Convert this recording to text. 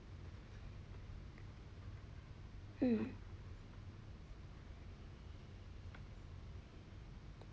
mm